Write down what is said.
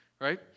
right